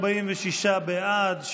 46 בעד,